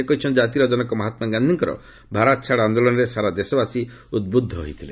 ସେ କହିଛନ୍ତି ଜାତିର ଜନକ ମହାତ୍ମା ଗାନ୍ଧୀଙ୍କର ଭାରତ ଛାଡ଼ ଆନ୍ଦୋଳନରେ ସାରା ଦେଶବାସୀ ଉଦ୍ବୃଦ୍ଧ ହୋଇଥିଲେ